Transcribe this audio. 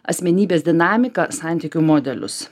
asmenybės dinamiką santykių modelius